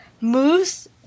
moves